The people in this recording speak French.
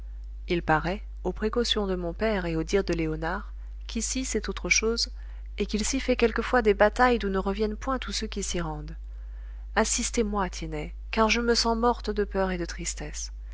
il paraît aux précautions de mon père et au dire de léonard qu'ici c'est autre chose et qu'il s'y fait quelquefois des batailles d'où ne reviennent point tous ceux qui s'y rendent assistez-moi tiennet car je me sens morte de peur et de tristesse